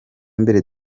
mbere